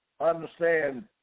understand